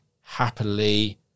happily